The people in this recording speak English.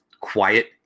quiet